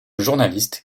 journaliste